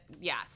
yes